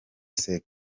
sex